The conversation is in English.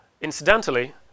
Incidentally